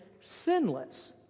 sinless